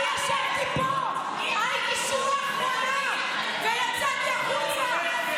אני ישבתי פה, הייתי בשורה האחרונה ויצאתי החוצה.